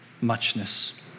muchness